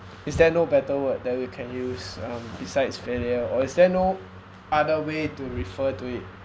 is there no better word that we can use um besides failure or is there no other way to refer to it